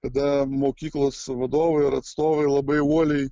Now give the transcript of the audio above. kada mokyklos vadovai ir atstovai labai uoliai